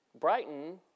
Brighton